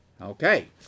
okay